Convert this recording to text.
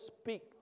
speak